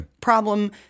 problem